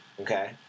Okay